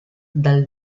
dal